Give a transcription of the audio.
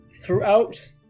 throughout